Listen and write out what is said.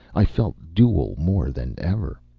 i felt dual more than ever.